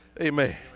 Amen